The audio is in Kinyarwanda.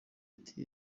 ati